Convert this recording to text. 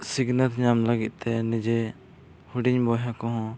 ᱥᱤᱠᱷᱱᱟᱹᱛ ᱧᱟᱢ ᱞᱟᱹᱜᱤᱫᱛᱮ ᱱᱤᱡᱮ ᱦᱩᱰᱤᱧ ᱵᱚᱭᱦᱟ ᱠᱚᱦᱚᱸ